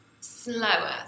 slower